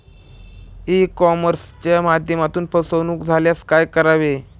E कॉमर्सच्या माध्यमातून फसवणूक झाल्यास काय करावे?